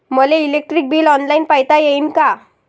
मले electric bill online पायता येईन का?